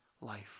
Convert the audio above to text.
life